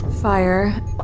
fire